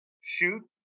shoot